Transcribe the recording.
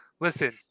Listen